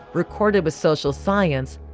recorded with social science,